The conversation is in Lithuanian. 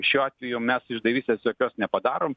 šiuo atveju mes išdavystės tokios nepadarom